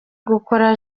gukora